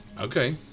Okay